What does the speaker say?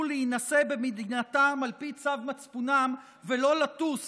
להינשא במדינתם על פי צו מצפונם ולא לטוס